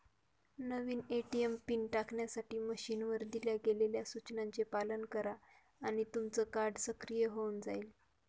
नवीन ATM PIN टाकण्यासाठी मशीनवर दिल्या गेलेल्या सूचनांचे पालन करा आणि तुमचं कार्ड सक्रिय होऊन जाईल